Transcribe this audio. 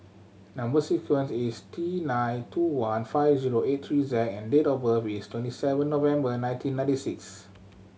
number sequence is T nine two one five zero eight three Z and date of birth is twenty seven November nineteen ninety six